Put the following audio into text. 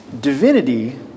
divinity